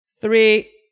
Three